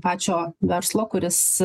pačio verslo kuris